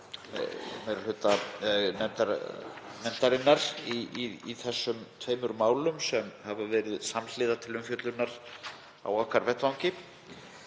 meiri hluta nefndarinnar í þessum tveimur málum sem hafa verið samhliða til umfjöllunar á okkar vettvangi.